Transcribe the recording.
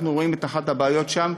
אנחנו רואים את אחת הבעיות שם,